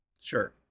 Sure